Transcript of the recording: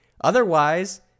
Otherwise